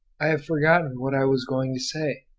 i have forgotten what i was going to say.